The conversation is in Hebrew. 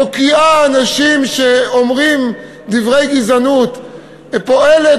מוקיעה אנשים שאומרים דברי גזענות ופועלת